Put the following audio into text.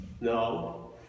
No